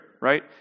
right